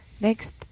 next